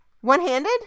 One-handed